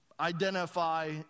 identify